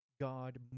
God